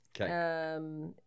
Okay